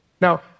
Now